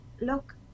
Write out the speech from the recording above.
look